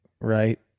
Right